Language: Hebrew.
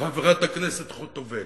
חברת הכנסת חוטובלי.